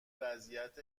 وضعیت